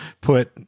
put